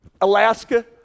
Alaska